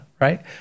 right